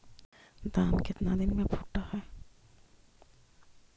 धान केतना दिन में फुट है?